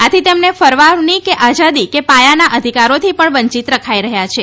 આથી તેમને ફરવા ફરવાની આઝાદી કે પાયાના અધિકારોથી પણ વંચિત રખાઈ રહ્યા છે